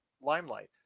limelight